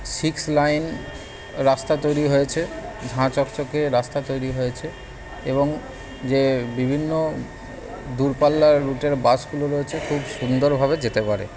six line রাস্তা তৈরি হয়েছে ঝাঁ চকচকে রাস্তা তৈরি হয়েছে এবং যে বিভিন্ন দূরপাল্লার রুটের বাসগুলো রয়েছে খুব সুন্দরভাবে যেতে পারে